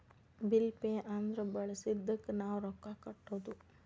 bill pay ಅಂದ್ರ ಬಳಸಿದ್ದಕ್ಕ್ ನಾವ್ ರೊಕ್ಕಾ ಕಟ್ಟೋದು